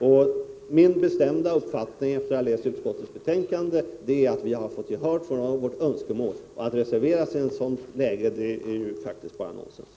Och min bestämda uppfattning efter att ha läst utskottets betänkande är att vi har fått gehör för vårt önskemål. Att reservera sig i ett sådant läge är faktiskt bara nonsens.